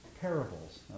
parables